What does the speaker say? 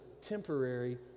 temporary